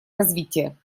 развития